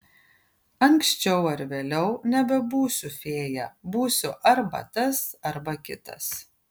anksčiau ar vėliau nebebūsiu fėja būsiu arba tas arba kitas